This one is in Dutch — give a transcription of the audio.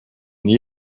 niet